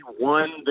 won